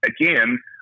Again